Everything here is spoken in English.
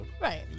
Right